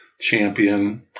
champion